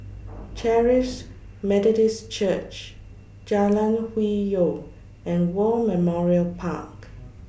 Charis Methodist Church Jalan Hwi Yoh and War Memorial Park